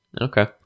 Okay